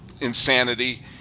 insanity